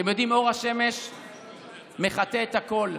אתם יודעים, אור השמש מחטא את הכול,